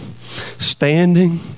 standing